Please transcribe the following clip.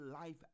life